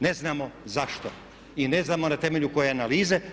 Ne znamo zašto i ne znamo na temelju koje analize.